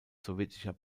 sowjetischer